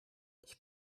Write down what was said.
ich